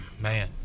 man